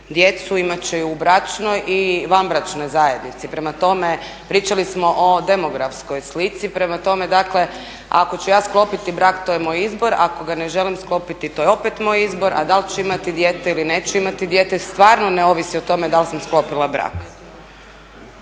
djecu imat će je u bračnoj i vanbračnoj zajednici. Prema tome, pričali smo o demografskoj slici. Prema tome, dakle ako ću ja sklopiti brak to je moj izbor, a ako ga ne želim sklopiti to je opet moj izbor, a da li ću imati dijete ili neću imati dijete stvarno ne ovisi o tome da li sam sklopila brak.